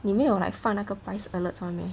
你没有 like 放那个 price alerts [one] meh